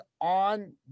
on